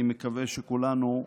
אני מקווה שכולנו,